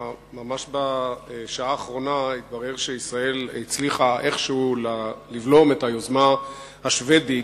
ממש בשעה האחרונה התברר שישראל הצליחה איכשהו לבלום את היוזמה השבדית,